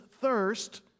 thirst